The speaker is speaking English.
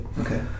Okay